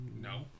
No